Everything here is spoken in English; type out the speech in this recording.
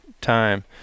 time